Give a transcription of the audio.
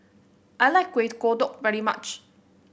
I like Kuih Kodok very much